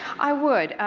i would.